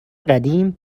قدیم